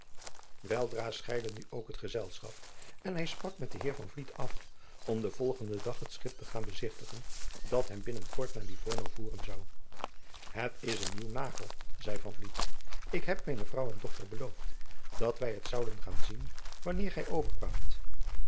weldra scheidde nu ook het gezelschap en hij sprak met den heer van vliet af om den volgenden dag het schip te gaan bezigtigen dat hem binnen kort naar livorno voeren zou het is een nieuw nagel zeî van vliet ik heb mijne vrouw en dochter beloofd dat wij het zouden gaan zien wanneer gij overkwaamt